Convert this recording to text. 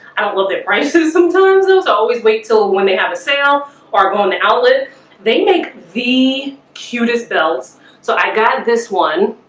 i don't look at prices. sometimes those i always wait till when they have a sale or going to outlet they make the cutest belts so i got this one